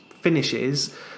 finishes